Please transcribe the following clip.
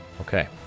Okay